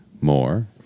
more